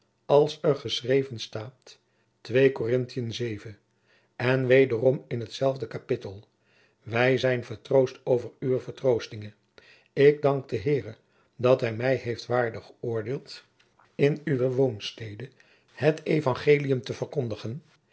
als er geschreven staat ii corinthen vii en wederom in t zelfde kapittel wij zijn vertroost over uwe vertroostinge ik dank den heere dat hij mij heeft waardig geoordeeld in uwe woonstede het euangelium te verkondigen